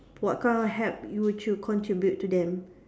what kind of help you would you contribute to them